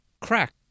Crack